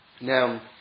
Now